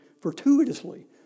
fortuitously